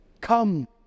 Come